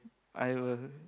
I will